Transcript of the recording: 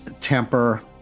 temper